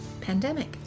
pandemic